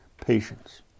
patience